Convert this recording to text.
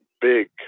big